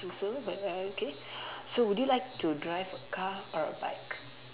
don't think so but uh okay so would you like to drive a car or a bike